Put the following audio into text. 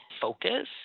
focus